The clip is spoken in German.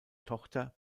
tochter